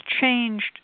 changed